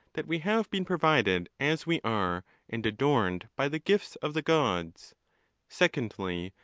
that we have been provided as we are and adorned by the gifts of the gods secondly,